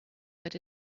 but